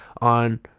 on